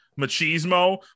machismo